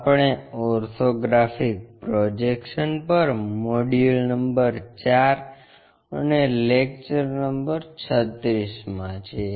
આપણે orthographic projections પર module number 4 અને લેક્ચર નંબર 36 માં છીએ